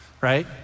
right